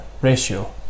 ratio